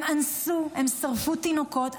הם אנסו, הם שרפו תינוקות.